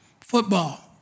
football